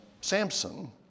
Samson